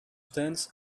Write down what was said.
tense